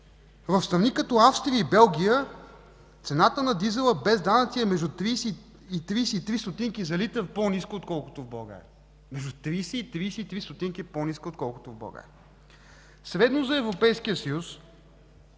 В страни като Австрия и Белгия цената на дизела, без данъци, е между 30 и 33 стотинки за литър по-ниска, отколкото в България. Между 30 и 33